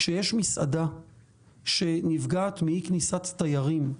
כשיש מסעדה שנפגעת מאי כניסת תיירים,